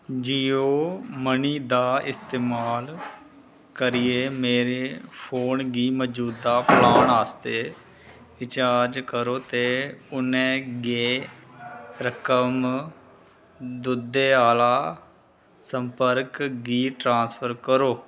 Jio money दा इस्तेमाल करियै मेरे फोन गी मजूदा प्लान आस्तै रिचार्ज करो ते उ'न्ना गै रकम दुद्धै आह्ला संपर्क गी ट्रांसफर करो